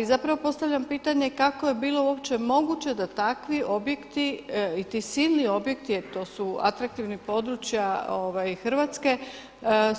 I zapravo postavljam pitanje kako je bilo uopće moguće da takvi objekti i ti silni objekti jer to su atraktivna područja Hrvatske